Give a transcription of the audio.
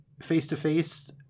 face-to-face